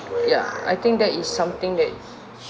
ya I think that is something that